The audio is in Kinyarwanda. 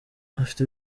afite